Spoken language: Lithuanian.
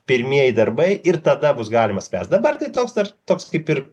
pirmieji darbai ir tada bus galima spręst dabar tai toks toks toks kaip ir